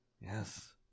Yes